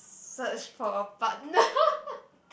search for a partner